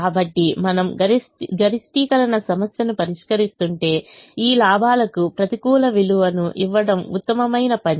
కాబట్టి మనము గరిష్టీకరణ సమస్యను పరిష్కరిస్తుంటే ఈ లాభాలకు ప్రతికూల విలువను ఇవ్వడం ఉత్తమమైన పని